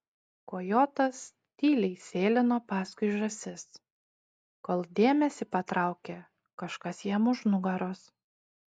kojotas tyliai sėlino paskui žąsis kol dėmesį patraukė kažkas jam už nugaros